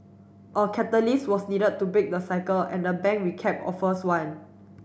a catalyst was needed to break the cycle and the bank recap offers one